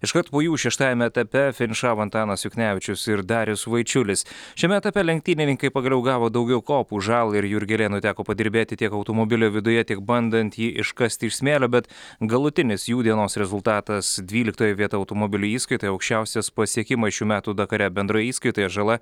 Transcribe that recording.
iškart po jų šeštajame etape finišavo antanas juknevičius ir darius vaičiulis šiame etape lenktynininkai pagaliau gavo daugiau kopų žalai ir jurgelėnui teko padirbėti tiek automobilio viduje tiek bandant jį iškasti iš smėlio bet galutinis jų dienos rezultatas dvyliktoji vieta automobilių įskaitoje aukščiausias pasiekimas šių metų dakare bendroje įskaitoje žala